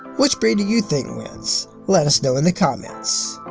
which breed do you think wins? let us know in the comments.